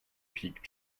peak